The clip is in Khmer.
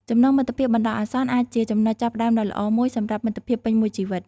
ចំណងមិត្តភាពបណ្ដោះអាសន្នអាចជាចំណុចចាប់ផ្តើមដ៏ល្អមួយសម្រាប់មិត្តភាពពេញមួយជីវិត។